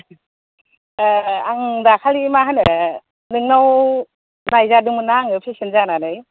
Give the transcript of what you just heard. एह आं दाखालि मा होनो नोंनाव नायजादोंमोन्ना आङो पेसेन्ड जानानै